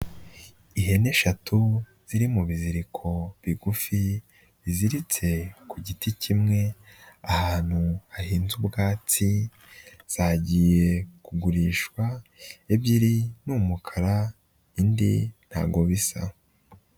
Ihene eshatu ziri mu ziriko bigufi, ziziritse ku giti kimwe, ahantu hahinda ubwatsi, zagiye kugurishwa, ebyiri n'umukara, indi ntabwo bisa.